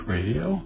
Radio